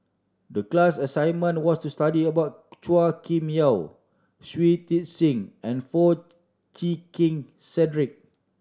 the class assignment was to study about Chua Kim Yeow Shui Tit Sing and Foo Chee Keng Cedric